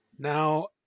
Now